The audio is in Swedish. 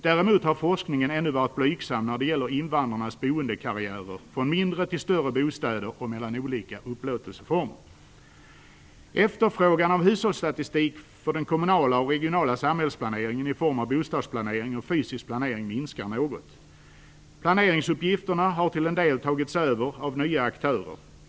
Däremot har forskningen när det gäller invandrarnas boendekarriär - från mindre till större bostäder och mellan olika upplåtelseformer - än så länge varit blygsam. Efterfrågan av hushållsstatistik för den kommunala och regionala samhällsplaneringen i form av bostadsplanering och fysisk planering minskar något. Planeringsuppgifterna har till en del tagits över av nya aktörer.